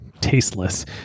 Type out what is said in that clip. tasteless